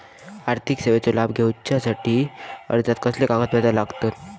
आर्थिक सेवेचो लाभ घेवच्यासाठी अर्जाक कसले कागदपत्र लागतत?